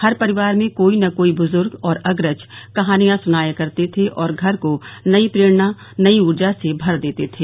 हर परिवार में कोई न कोई बुजुर्ग और अग्रज कहानियां सुनाया करते थे और घर को नई प्रेरणा नई ऊर्जा से भर देते थे